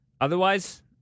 otherwise